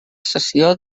sessió